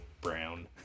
brown